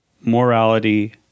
morality